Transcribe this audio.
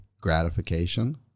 gratification